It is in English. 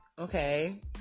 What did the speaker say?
Okay